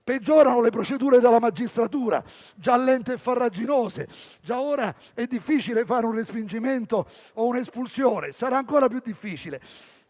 Peggiorano le procedure della magistratura, già lente e farraginose. Già ora è difficile fare un respingimento o un'espulsione e lo sarà ancora di più.